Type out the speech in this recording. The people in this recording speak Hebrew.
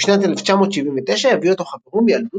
בשנת 1979 הביא אותו חברו מילדות,